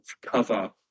cover